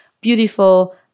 beautiful